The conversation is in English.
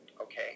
Okay